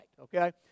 okay